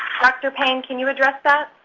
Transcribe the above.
dr. paine, can you address that?